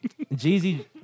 Jeezy